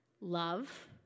Love